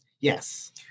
Yes